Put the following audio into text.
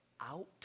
out